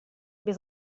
wir